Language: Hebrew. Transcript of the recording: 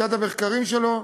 מצד המחקרים שלו,